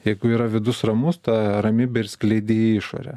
jeigu yra vidus ramus tą ramybę ir skleidi į išorę